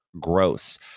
gross